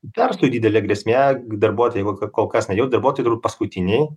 verslui didelė grėsmė darbuotojai kol kas naujaus darbuotojai turbūt paskutiniai